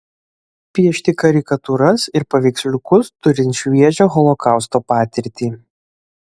piešti karikatūras ir paveiksliukus turint šviežią holokausto patirtį